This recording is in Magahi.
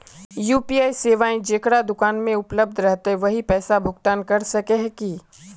यु.पी.आई सेवाएं जेकरा दुकान में उपलब्ध रहते वही पैसा भुगतान कर सके है की?